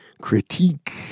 Critique